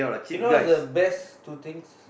you know what's the best two things